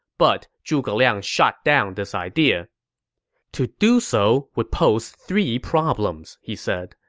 but zhuge liang shot down this idea to do so would pose three problems, he said.